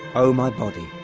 o my body!